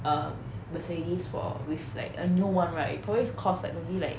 err Mercedes for with like a new one right probably cost like maybe like